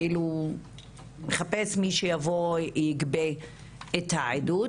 כאילו מחפש מישהו שיבוא לגבות את העדות,